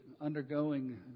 undergoing